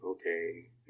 Okay